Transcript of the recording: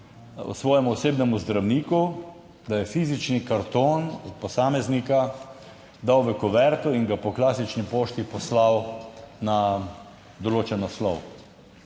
svojemu osebnemu zdravniku, da je fizični karton posameznika dal v kuverto in ga po klasični pošti poslal na določen naslov.